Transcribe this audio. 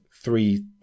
three